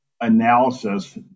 analysis